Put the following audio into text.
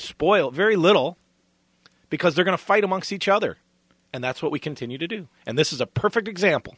spoil very little because they're going to fight amongst each other and that's what we continue to do and this is a perfect example